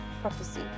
prophecy